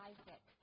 Isaac